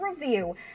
review